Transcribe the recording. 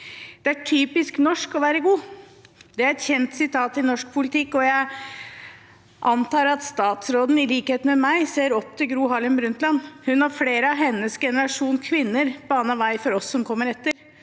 «Det er typisk norsk å være god.» Det er et kjent sitat i norsk politikk, og jeg antar at statsråden i likhet med meg ser opp til Gro Harlem Brundtland. Hun og flere av hennes generasjons kvinner banet vei for oss som kommer etter.